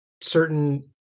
certain